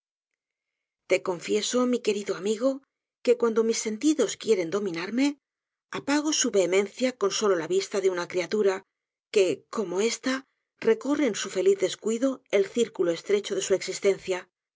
te confieso mi querido amigo que cuando mis sentidos quieren dominarme apago su vehemencia con solo la vista de una criatura q u e como esta recorre en su feliz descuido el círculo estrecho de su existencia